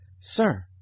Sir